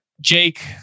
Jake